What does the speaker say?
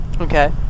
Okay